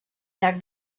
llarg